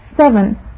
Seven